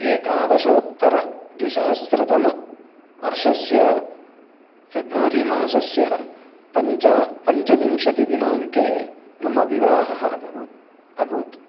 एकादशोत्तरद्विसहस्रतम वर्षस्य फ़ेब्रवरि मासस्य पञ्च पञ्चविंशतिदिनाङ्के मम विवाहः अभूत् अभूत्